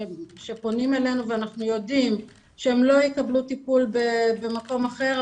שפונים אלינו ואנחנו יודעים שהם לא יקבלו טיפול במקום אחר,